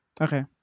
Okay